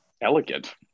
elegant